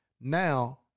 Now